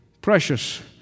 precious